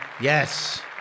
Yes